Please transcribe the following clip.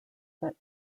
that